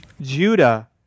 Judah